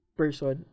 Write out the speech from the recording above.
person